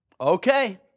Okay